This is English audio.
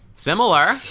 Similar